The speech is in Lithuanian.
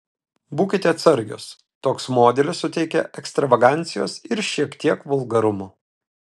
būkite atsargios toks modelis suteikia ekstravagancijos ir šiek tiek vulgarumo